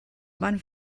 van